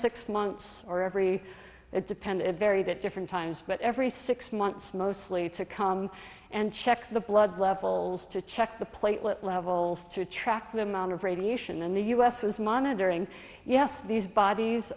six months or every it depended very that different times but every six months mostly to come and check the blood levels to check the platelet levels to attract them out of radiation and the u s was monitoring yes these bodies